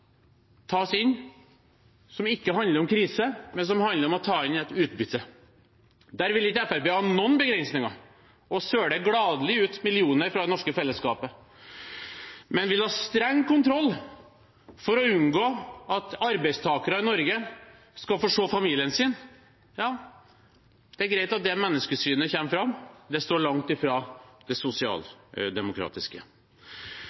tas inn som ikke handler om krise, men som handler om å ta inn et utbytte. Der vil ikke Fremskrittspartiet ha noen begrensninger og søler gladelig ut millioner fra det norske fellesskapet. Men de vil ha streng kontroll for å unngå at arbeidstakere i Norge skal få se familien sin. Ja, det er greit at det menneskesynet kommer fram. Det står langt fra det